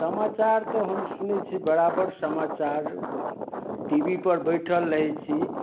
समाचार तऽ हम सुनै छी बराबर समाचार टी वी पर बैठल रहै छी